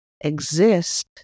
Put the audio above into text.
exist